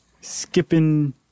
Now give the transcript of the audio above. skipping